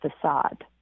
facade